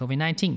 COVID-19